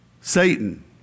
Satan